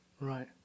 Right